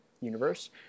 universe